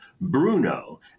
Bruno